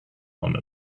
one